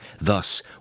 Thus